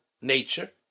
nature